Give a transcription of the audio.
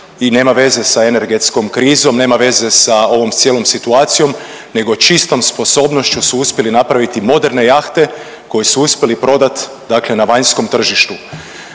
i nema veze sa energetskom krizom, nema veze sa ovom cijelom situacijom nego čisto sposobnošću su uspjeli napraviti moderne jahte koje su uspjeli prodati, dakle na vanjskom tržištu.